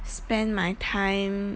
spend my time